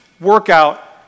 workout